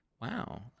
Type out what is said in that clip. Wow